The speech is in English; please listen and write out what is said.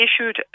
issued